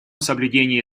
соблюдении